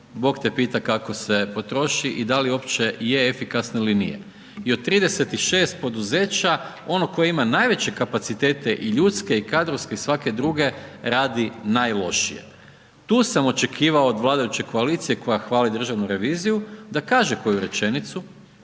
bog te pita kako se potroši i da li uopće je efikasno ili nije. I od 36 poduzeća ono koje ima najveće kapacitete i ljudske i kadrovske i sva druge, radi najlošije. Tu sam očekivao od vladajuće koalicije koja hvali Državnu reviziju da kaže koju rečenicu,